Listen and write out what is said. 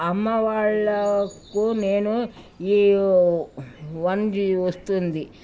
అమ్మ వాళ్ళకు నేను ఈ వన్ బీ వస్తుంది